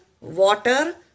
water